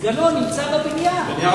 סגנו נמצא בבניין,